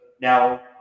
now